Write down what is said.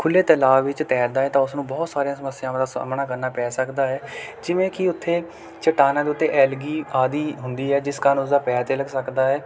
ਖੁੱਲ੍ਹੇ ਤੈਲਾਬ ਵਿੱਚ ਤੈਰਦਾ ਹੈ ਤਾਂ ਉਸ ਨੂੰ ਬਹੁਤ ਸਾਰੀਆਂ ਸਮੱਸਿਆਵਾਂ ਦਾ ਸਾਹਮਣਾ ਕਰਨਾ ਪੈ ਸਕਦਾ ਹੈ ਜਿਵੇਂ ਕਿ ਉੱਥੇ ਚਟਾਨਾਂ ਦੇ ਉੱਤੇ ਐਲਗੀ ਆਦਿ ਹੁੰਦੀ ਹੈ ਜਿਸ ਕਾਰਨ ਉਸ ਦਾ ਪੈਰ ਤਿਲਕ ਸਕਦਾ ਹੈ